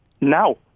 now